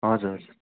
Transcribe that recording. हजुर हजुर